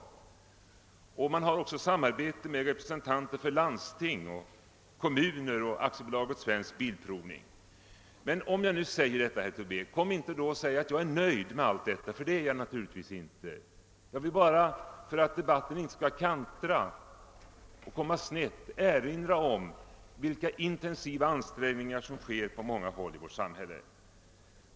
Man har också samarbete med Men när jag nu säger detta innebär det inte att jag är nöjd — det är jag naturligtvis inte. Jag vill bara för att debatten inte skall komma snett erinra om vilka intensiva ansträngningar som på många håll i vårt samhälle görs.